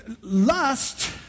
Lust